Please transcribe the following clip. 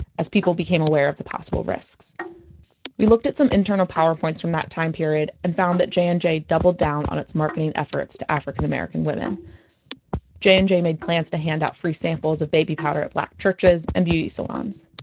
as people became aware of the possible risks we looked at some internal powerpoints from that time period and found that j and j doubled down on it's marketing efforts to african american women j and j made plans to hand out free samples of baby powder out at black churches and beauty salons